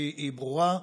שהיא ברורה: